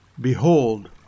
Behold